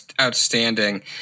Outstanding